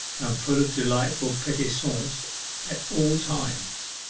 full of delightful petits soins at all times,